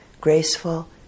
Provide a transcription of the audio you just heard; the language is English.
graceful